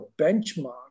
benchmark